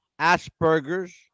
Asperger's